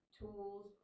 tools